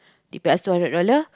they pay us two hundred dollar